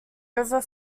over